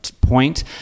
point